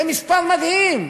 זה מספר מדהים.